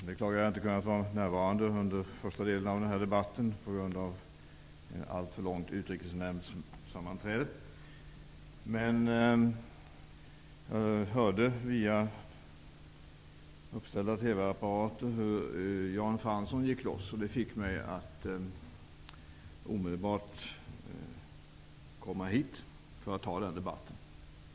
Herr talman! Jag beklagar att jag på grund av ett alltför långt sammanträde i Utrikesnämnden inte har kunnat vara närvarande under den första delen av debatten. Men via uppställda TV-apparater hörde jag hur Jan Fransson gick på, och det fick mig att omedelbart komma hit för att ta den debatten.